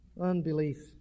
Unbelief